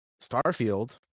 Starfield